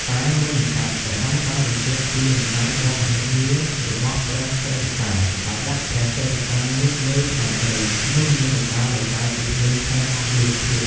តែមុននឹងកាត់ ព្រះអង្គបានបញ្ជាក់ពីអំណាចដ៏មហិមារបស់ព្រះសិរសា បើដាក់ព្រះសិរសានោះលើផែនដី នោះនឹងបណ្ដាលឲ្យកើតជាភ្លើងឆេះអស់លោកធាតុ។